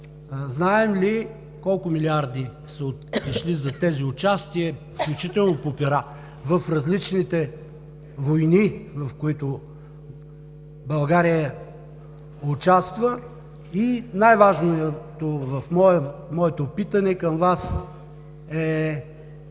знаем ли колко милиарда са отишли за тези участия, включително по пера, в различните войни, в които България участва? Най-важното в моето питане към Вас е: